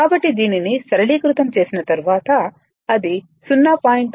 కాబట్టి దీనిని సరళీకృతం చేసిన తరువాత అది 0